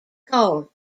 court